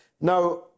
Now